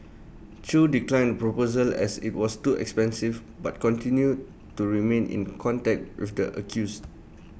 chew declined proposal as IT was too expensive but continued to remain in contact with the accused